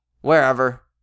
wherever